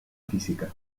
física